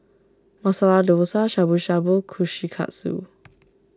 Masala Dosa Shabu Shabu Kushikatsu